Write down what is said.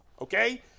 Okay